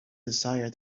desire